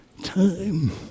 Time